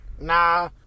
nah